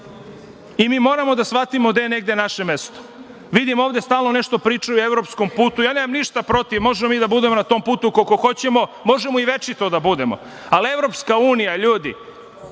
i mi moramo da shvatimo gde je negde naše mesto. Vidim ovde da stalno nešto pričaju o evropskom putu. Nemam ništa protiv. Možemo mi da budemo koliko hoćemo, možemo i večito da budemo, ali EU, ljudi,